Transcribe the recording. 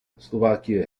slovakia